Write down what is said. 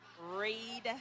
Read